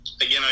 Again